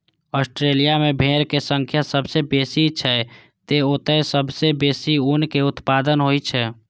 Australia मे भेड़क संख्या सबसं बेसी छै, तें ओतय सबसं बेसी ऊनक उत्पादन होइ छै